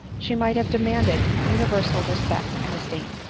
she might have demanded universal respect and esteem.